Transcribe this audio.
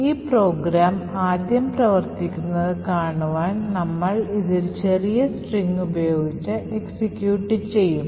ഈ പ്രോഗ്രാം ആദ്യം പ്രവർത്തിക്കുന്നത് കാണുവാൻ നമ്മൾ ഇത് ഒരു ചെറിയ സ്ട്രിംഗ് ഉപയോഗിച്ച് എക്സിക്യൂട്ട് ചെയ്യും